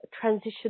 transition